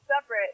separate